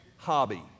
hobby